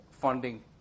funding